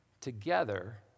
together